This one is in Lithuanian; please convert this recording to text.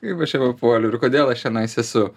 kaip aš čia papuoliau ir kodėl aš čionais esu